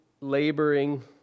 laboring